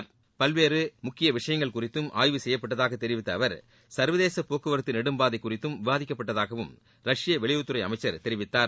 மேலும் பல்வேறு முக்கிய விஷயங்கள் குறித்தும் ஆய்வு செய்யப்பட்டதாக தெரிவித்த அவர் சர்வதேச போக்குவரத்து நெடும்பாதை குறித்தும் விவாதிக்கப்பட்டதாகவும் ரஷ்ய வெளியுறவுத்துறை அமைச்சர் தெரிவித்தார்